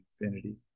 infinity